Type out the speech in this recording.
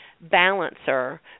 balancer